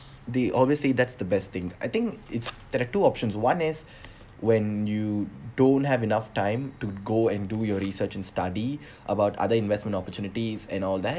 they obviously that's the best thing I think it's there are two options one is when you don't have enough time to go and do your research and study about other investment opportunities and all that